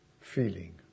feeling